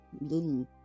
little